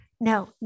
No